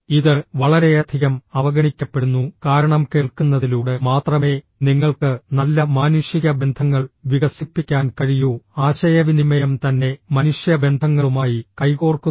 ഇത് വളരെയധികം അവഗണിക്കപ്പെടുന്നു കാരണം കേൾക്കുന്നതിലൂടെ മാത്രമേ നിങ്ങൾക്ക് നല്ല മാനുഷിക ബന്ധങ്ങൾ വികസിപ്പിക്കാൻ കഴിയൂ ആശയവിനിമയം തന്നെ മനുഷ്യ ബന്ധങ്ങളുമായി കൈകോർക്കുന്നു